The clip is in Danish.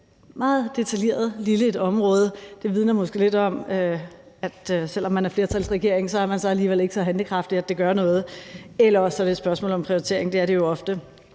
et så detaljeret og meget lille område. Det vidner måske lidt om, at selv om man har dannet en flertalsregering, er man alligevel så ikke så handlekraftig, at det gør noget. Eller også er det et spørgsmål om prioritering, hvad det jo ofte